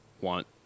want